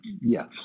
Yes